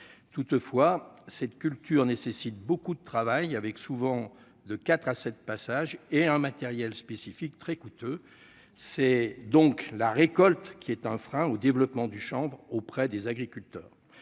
toutefois cette culture nécessite beaucoup de travail, avec souvent de 4 à 7 passages et un matériel spécifique, très coûteux, c'est donc la récolte qui est un frein au développement du chambre auprès des agriculteurs,